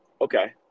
Okay